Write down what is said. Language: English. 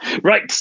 Right